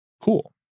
Cool